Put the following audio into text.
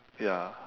ya